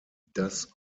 das